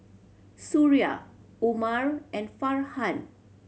Suria Umar and Farhan